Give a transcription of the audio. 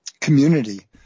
community